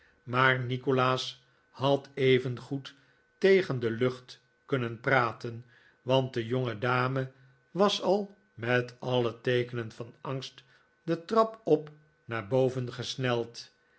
maar nikolaas had evengoed tegen de lucht kunnen praten want de jongedame was al met alle teekenen van angst de trap op naar boven gesneld